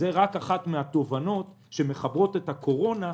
זאת רק אחת מהתובנות מהקורונה שמתחברות לבריאות.